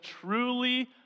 truly